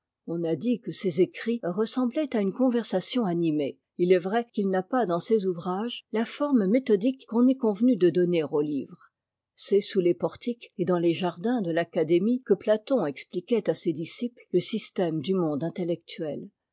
on a dit que ses écrits ressemblaient à une conversation animée il est vrai qu'il n'a pas dans ses ouvrages la forme méthodique qu'on est convenu de donner aux livres c'est sous les portiques et dans les jardins de l'académie que platon expliquait à ses disciples te système du monde intellectuel